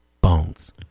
bones